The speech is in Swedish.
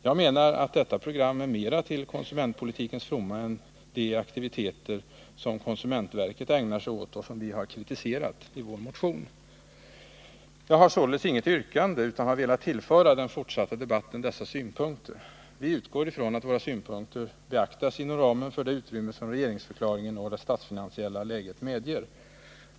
Jag menar att detta program är mera till konsumentpolitikens fromma än de aktiviteter som konsumentverket ägnar sig åt och som vi har kritiserat i vår motion. Jag har således inget yrkande utan vill endast tillföra den fortsatta debatten dessa synpunkter. Vi utgår från att våra synpunkter beaktas inom ramen för det utrymme som regeringsförklaringen och det statsfinansiella läget medger.